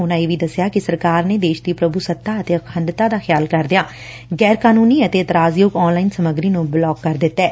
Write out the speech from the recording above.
ਉਨਾਂ ਇਹ ਵੀ ਦਸਿਆ ਕਿ ਸਰਕਾਰ ਨੇ ਦੇਸ਼ ਦੀ ਪ੍ਰਭੁਸੱਤਾ ਅਤੇ ਅਖੰਡਤਾ ਦਾ ਖਿਆਲ ਕਰਦਿਆਂ ਗੈਰ ਕਾਨੂੰਨ ਅਤੇ ਇਤਰਾਜ਼ਯੋਗ ਆਨਲਾਈਨ ਸਮੱਗਰੀ ਨੁੰ ਬਲਾਕ ਕਰ ਦਿੱਤੈ